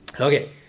Okay